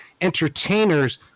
entertainers